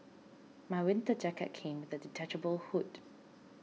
my winter jacket came with a detachable hood